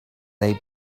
they